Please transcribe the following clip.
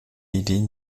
ideen